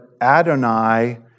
Adonai